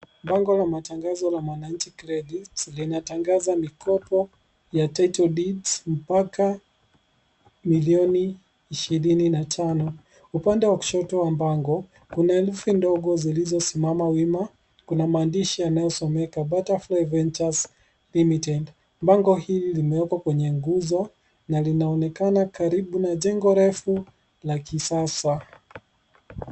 Bango la matangazo la Mwananchi Credit linatangaza mikopo ya Title Deeds mpaka milioni ishirini na tano. Upande wa kushoto wa bango kuna herufi ndogo zilizosimama wima. Kuna maandishi yanayosomeka: Butterfly Ventures Limited. Bango hili limewekwa kwenye nguzo na linaonekana karibu na jengo refu la kisasa.